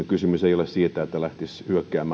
kysymys ei ole siitä että lähtisi hyökkäämään